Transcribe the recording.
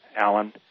Alan